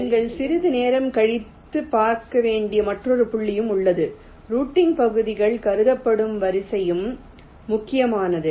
நீங்கள் சிறிது நேரம் கழித்து பார்க்க வேண்டிய மற்றொரு புள்ளியும் உள்ளது ரூட்டிங் பகுதிகள் கருதப்படும் வரிசையும் முக்கியமானது